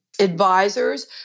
advisors